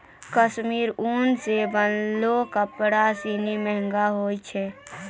कश्मीरी उन सें बनलो कपड़ा सिनी महंगो होय छै